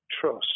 trust